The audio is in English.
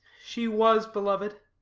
she was belov'd,